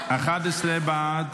11 בעד,